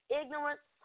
ignorance